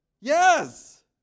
Yes